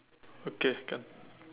okay can